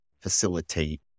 facilitate